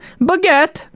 Baguette